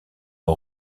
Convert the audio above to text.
aux